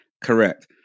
Correct